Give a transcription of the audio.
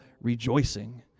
rejoicing